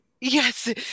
yes